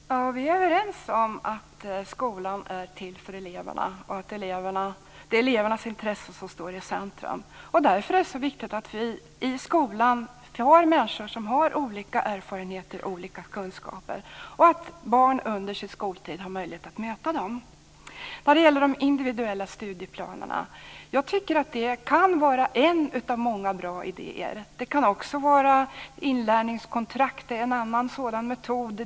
Herr talman! Vi är överens om att skolan är till för eleverna och om att det är elevernas intressen som står i centrum. Därför är det viktigt att vi i skolan har människor som har olika erfarenheter och olika kunskaper och att barnen under sin skoltid har möjlighet att möta dem. Detta med individuella studieplaner ser jag som en av många bra idéer. Inlärningskontrakt är en annan metod.